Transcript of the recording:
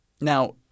Now